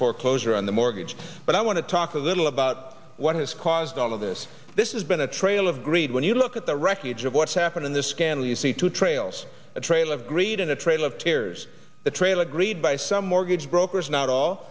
foreclosure on the mortgage but i want to talk a little about what has caused all of this this is been a trail of greed when you look at the wreckage of what's happened in this scandal you see two trails a trail of greed and a trail of tears the trail agreed by some mortgage brokers not all